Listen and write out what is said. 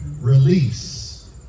release